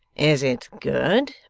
is it good,